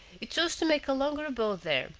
he chose to make a longer abode there,